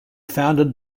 founded